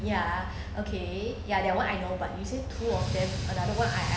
ya okay ya that [one] I know but you said two of them but the other [one] I I